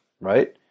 right